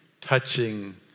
touching